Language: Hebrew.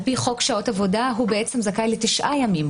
על פי חוק שעות עבודה הוא זכאי לתשעה ימים,